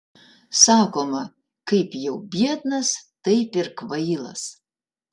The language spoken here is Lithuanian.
sakoma kaip jau biednas taip ir kvailas